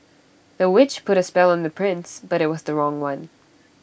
the witch put A spell on the prince but IT was the wrong one